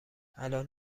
الان